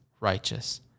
righteous